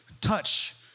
touch